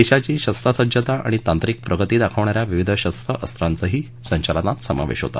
देशाची शस्त्रसज्जता आणि तांत्रिक प्रगती दाखवणा या विविध शस्त्र अस्त्रांचाही संचलनात समावेश होता